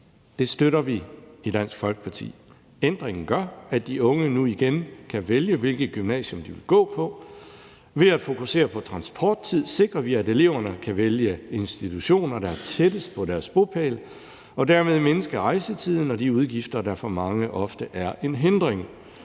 Det støtter vi i Dansk Folkeparti. Ændringen gør, at de unge nu igen kan vælge, hvilket gymnasium de vil gå på. Ved at fokusere på transporttid sikrer vi, at eleverne kan vælge institutioner, der er tættest på deres bopæl, og dermed mindskes rejsetiden og de udgifter, der for mange ofte er en hindring.